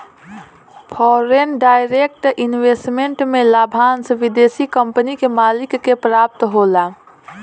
foreign direct investment में लाभांस विदेशी कंपनी के मालिक के प्राप्त होला